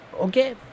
okay